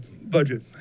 budget